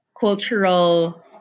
cultural